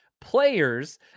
players